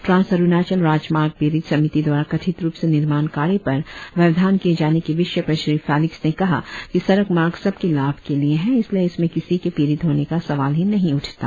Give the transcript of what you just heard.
trans Arunachal राजमार्ग पिड़ित समिति द्वारा कथित रुप से निर्माण कार्य पर व्यवधान किए जाने के विषय पर श्री फेलिक्स ने कहा कि सड़क मार्ग सबके लाभ के लिए है इसलिए इसमें किसी के पिड़ित होने का सवाल ही नहीं उठता